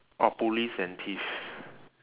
or police and thief